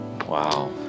Wow